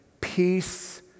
Peace